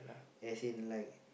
as in like